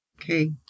Okay